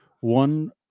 one